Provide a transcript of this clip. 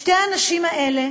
שתי הנשים האלה